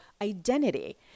identity